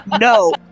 No